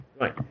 Right